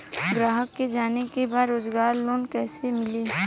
ग्राहक के जाने के बा रोजगार लोन कईसे मिली?